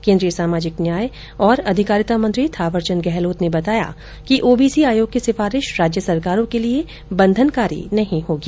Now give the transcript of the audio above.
केन्द्रीय सामाजिक न्याय और अधिकारिता मंत्री थावर चंद गहलोत ने बताया कि ओबीसी आयोग की सिफारिश राज्य सरकारों के लिये बंधनकारी नहीं होगी